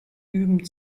üben